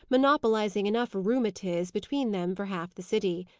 monopolizing enough rheumatiz between them for half the city.